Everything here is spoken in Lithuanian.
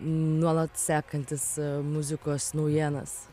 nuolat sekantis muzikos naujienas